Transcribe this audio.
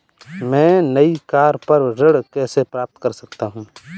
मैं नई कार पर ऋण कैसे प्राप्त कर सकता हूँ?